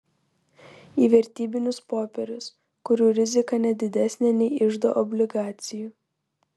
į vertybinius popierius kurių rizika ne didesnė nei iždo obligacijų